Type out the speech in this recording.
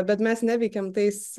bet mes neveikiam tais